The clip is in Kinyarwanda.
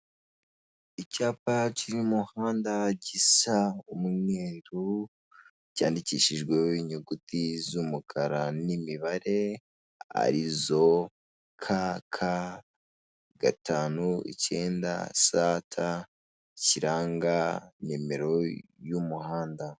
Icyapa kiri mu muhanda gisa umweru cyandikishijweho inyuguti z'umukara n'imibare arizo kaka gatanu icyenda sata (kk59st) kiranga nimero y'umuhanda.